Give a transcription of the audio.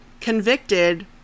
convicted